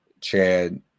Chad